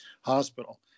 hospital